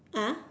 ah